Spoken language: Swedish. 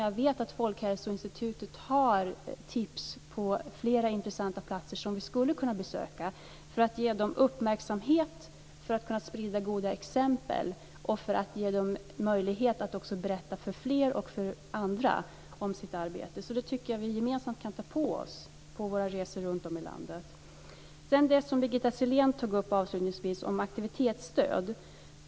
Jag vet att Folkhälsoinstitutet har tips på flera intressanta platser som vi skulle kunna besöka, för att ge uppmärksamhet, för att sprida goda exempel och för att ge möjlighet att berätta för andra om arbetet. Jag tycker att vi gemensamt kan ta på oss detta på våra resor runtom i landet. Birgitta Sellén tog avslutningsvis upp frågan om aktivitetsstöd.